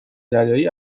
دریایی